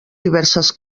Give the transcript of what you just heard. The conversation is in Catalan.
diverses